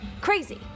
crazy